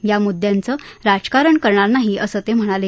या म्द्दयांचं राजकारण करणार नाही असं ते म्हणाले